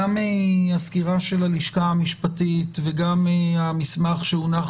גם הסקירה של הלשכה המשפטית וגם המסמך שהונח